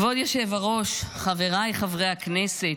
כבוד יושב-הראש, חבריי חברי הכנסת,